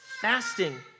fasting